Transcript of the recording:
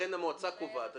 לכן המועצה קובעת.